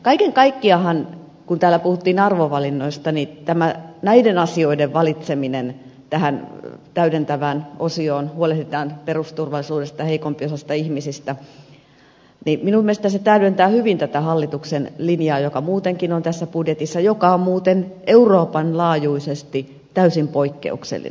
kaiken kaikkiaanhan kun täällä puhuttiin arvovalinnoista tämä näiden asioiden valitseminen tähän täydentävään osioon huolehditaan perusturvallisuudesta heikompiosaisista ihmisistä minun mielestä se täydentää hyvin tätä hallituksen linjaa joka muutenkin on tässä budjetissa joka on muuten euroopanlaajuisesti täysin poikkeuksellinen